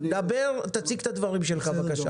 תציג את הדברים שלך בבקשה.